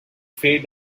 faye